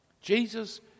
Jesus